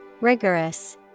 Rigorous